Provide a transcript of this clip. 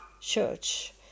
church